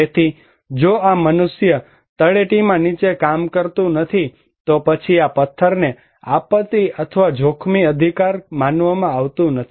તેથી જો આ મનુષ્ય તળેટીમાં નીચે કામ કરતું નથી તો પછી આ પથ્થરને આપત્તિ અથવા જોખમી અધિકાર માનવામાં આવતું નથી